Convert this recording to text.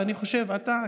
ואני חושב שאתה,